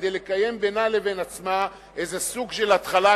כדי לקיים בינה לבין עצמה איזה סוג של התחלת